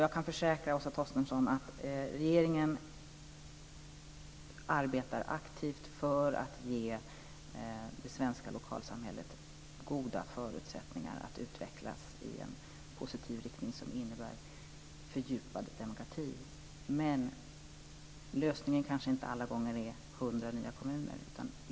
Jag kan försäkra Åsa Torstensson att regeringen arbetar aktivt för att ge det svenska lokalsamhället goda förutsättningar att utvecklas i en positiv riktning som innebär fördjupad demokrati. Men lösningen kanske inte alla gånger är 100 nya kommuner.